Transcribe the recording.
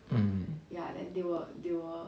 mm